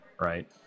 right